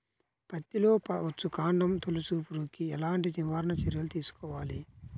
పత్తిలో వచ్చుకాండం తొలుచు పురుగుకి ఎలాంటి నివారణ చర్యలు తీసుకోవాలి?